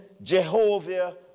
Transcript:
Jehovah